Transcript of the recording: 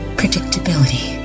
predictability